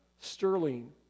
Sterling